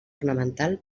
ornamental